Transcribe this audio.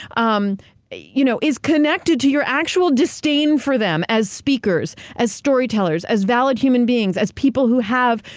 um you know, is connected to your actual disdain for them as speakers, as storytellers, as valid human beings, as people who have,